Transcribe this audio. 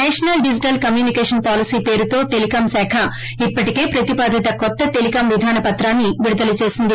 national digital communication policy పేరుతో telecom శాఖ ఇప్పటికే ప్రతిపాదిత కొత్త టెలికాం విధాన పత్రాన్ని విడుదల చేసింది